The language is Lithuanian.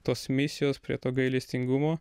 tos misijos prie to gailestingumo